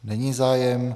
Není zájem.